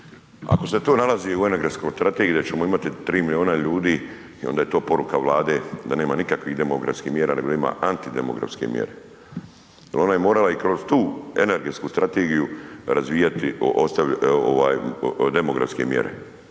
Ako se to nalazi u energetskoj strategiji da ćemo imati 3 milijuna ljudi, onda je to poruka Vlade da nema nikakvih demografskih mjera, nego ima antidemografske mjere. Jer ona je morala i kroz tu energetsku strategiju razvijati demografske mjere.